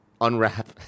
unwrap